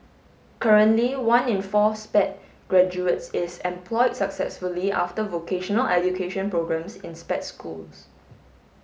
currently one in four Sped graduates is employed successfully after vocational education programmes in Sped schools